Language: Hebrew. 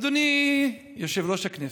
אדוני יושב-ראש הכנסת,